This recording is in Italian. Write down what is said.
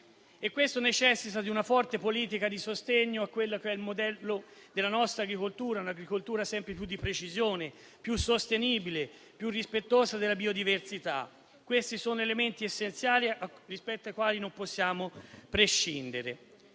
la necessità di una forte politica di sostegno a quello che è il modello della nostra agricoltura, una agricoltura sempre più di precisione, più sostenibile e più rispettosa della biodiversità. Questi sono elementi essenziali dai quali non possiamo prescindere.